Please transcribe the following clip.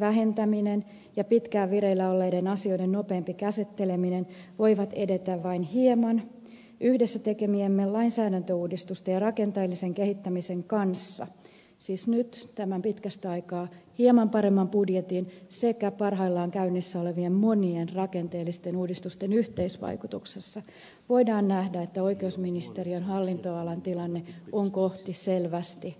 vähentäminen ja pitkään vireillä olleiden asioiden nopeampi käsitteleminen voivat edetä vain hieman yhdessä tekemiemme lainsäädäntöuudistusten ja rakenteellisen kehittämisen kanssa nyt tämän pitkästä aikaa hieman paremman budjetin sekä parhaillaan käynnissä olevien monien rakenteellisten uudistusten yhteisvaikutuksesta voidaan nähdä että oikeusministeriön hallinnonalan tilanne on selvästi kohti parempaa